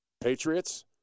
Patriots